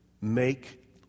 make